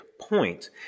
point